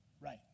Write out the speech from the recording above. Right